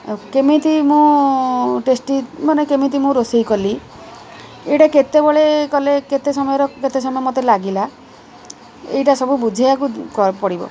ଆଉ କେମିତି ମୁଁ ଟେଷ୍ଟି ମାନେ କେମିତି ମୁଁ ରୋଷେଇ କଲି ଏଇଟା କେତେବେଳେ କଲେ କେତେ ସମୟର କେତେ ସମୟ ମୋତେ ଲାଗିଲା ଏଇଟା ସବୁ ବୁଝେଇବାକୁ ପଡ଼ିବ